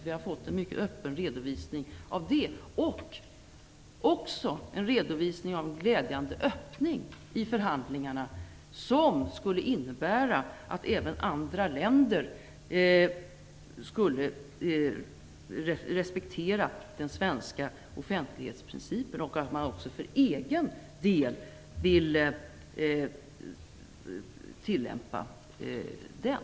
Vi har fått en mycket öppen redovisning av det och också en redovisning av en glädjande öppning i förhandlingarna som skulle innebära att även andra länder skulle respektera den svenska offentlighetsprincipen och att man också för egen del vill tillämpa den.